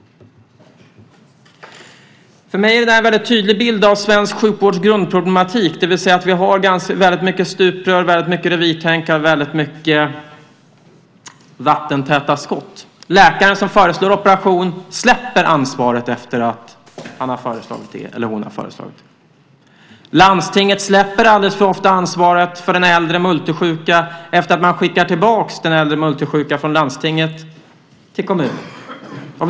För mig är det en väldigt tydlig bild av svensk sjukvårds grundproblematik. Vi har väldigt mycket stuprör, väldigt mycket revirtänkande och väldigt mycket vattentäta skott. Läkaren som föreslår operation släpper ansvaret efter att han eller hon har föreslagit det. Landstinget släpper alldeles för ofta ansvaret för den äldre multisjuka efter att man skickar tillbaka den äldre multisjuka från landstinget till kommunen.